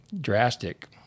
drastic